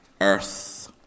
earth